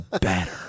better